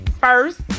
first